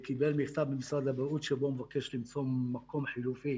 קיבל מכתב ממשרד הבריאות שבו הוא מתבקש למצוא מקום חלופי